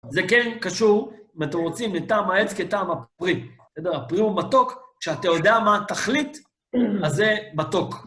זה כן קשור, אם אתם רוצים, לטעם העץ כטעם הפרי. בסדר? הפרי הוא מתוק. כשאתה יודע מה התכלית, אז זה מתוק.